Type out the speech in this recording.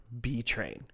B-Train